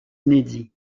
inédits